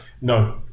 No